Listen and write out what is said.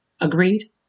agreed